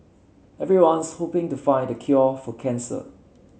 everyone's hoping to find the cure for cancer